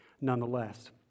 nonetheless